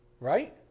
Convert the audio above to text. Right